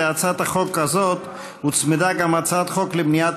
להצעת החוק הזאת הוצמדה גם הצעת חוק למניעת